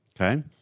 Okay